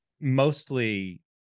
mostly